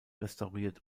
restauriert